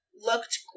looked